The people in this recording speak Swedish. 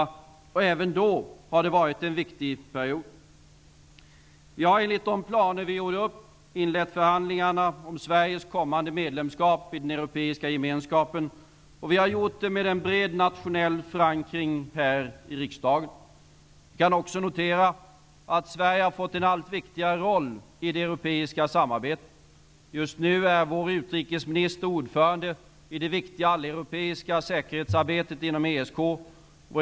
Även här har denna tid varit en viktig period. Vi har enligt uppgjorda planer inlett förhandlingar om Sveriges kommande medlemskap i den europeiska gemenskapen. Vi har gjort detta med en bred nationell förankring i riksdagen. Vi kan också notera att Sverige har fått en allt viktigare roll i det europeiska samarbetet. Just nu är vår utrikesminister ordförande i det viktiga alleuropeiska säkerhetsarbetet inom ESK.